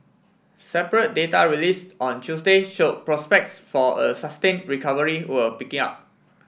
separate data released on Tuesday show prospects for a sustain recovery were picking up